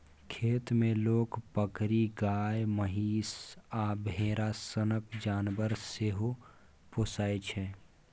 खेत मे लोक बकरी, गाए, महीष आ भेरा सनक जानबर सेहो पोसय छै